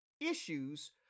issues